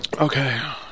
Okay